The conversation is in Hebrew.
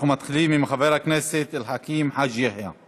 אנחנו מתחילים עם חבר הכנסת עבד אל חכים חאג' יחיא.